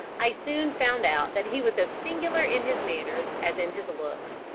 i soon found out that he was as singular in his manners as in his looks,